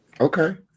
okay